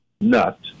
nut